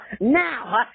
now